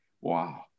wow